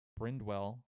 Brindwell